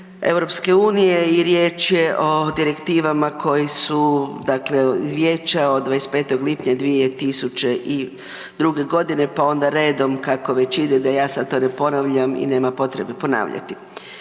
direktive EU i riječ je o direktivama koje su, dakle Vijeća od 25. lipnja 2002. g. pa onda redom, kako već ide, da ja sad to ne ponavljam i nema potrebe ponavljati.